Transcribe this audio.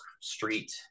Street